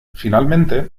finalmente